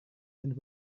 and